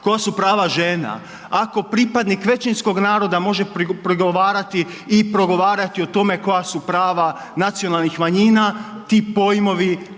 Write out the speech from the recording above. koja su prava žena, ako pripadnik većinskog naroda može progovarati o tome koja su prava nacionalnih manjina te pojmove